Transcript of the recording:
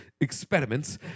experiments